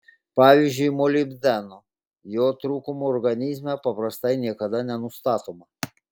pavyzdžiui molibdeno jo trūkumo organizme paprastai niekada nenustatoma